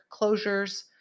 closures